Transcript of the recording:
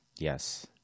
Yes